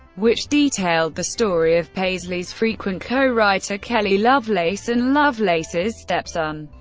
which detailed the story of paisley's frequent co-writer kelley lovelace and lovelace's stepson,